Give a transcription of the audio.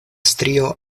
strio